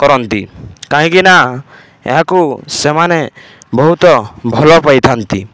କରନ୍ତି କାହିଁକିନା ଏହାକୁ ସେମାନେ ବହୁତ ଭଲ ପାଇଥାନ୍ତି